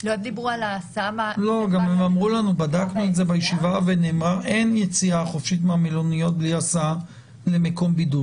בדקנו את זה ונאמר שאין יציאה חופשית מהמלוניות בלי הסעה למקום בידוד.